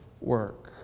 work